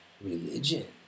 religion